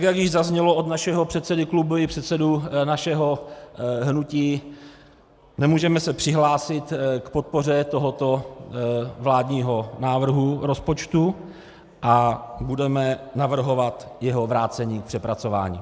Jak již zaznělo od našeho předsedy klubu i předsedy našeho hnutí, nemůžeme se přihlásit k podpoře tohoto vládního návrhu rozpočtu a budeme navrhovat jeho vrácení k přepracování.